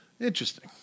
Interesting